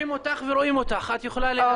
מתייחסת לצד